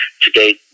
Today